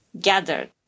gathered